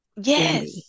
Yes